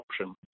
option